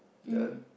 the